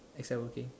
except working